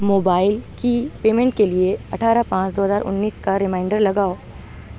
mobile کی payment کے لیے اٹھارہ پانچ دو ہزار انیس کا ریمائنڈر لگاؤ